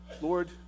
Lord